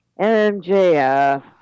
MJF